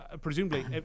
presumably